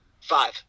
five